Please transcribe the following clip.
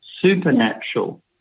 supernatural